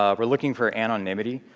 ah we're looking for anonymity,